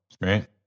right